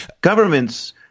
Governments